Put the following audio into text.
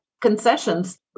concessions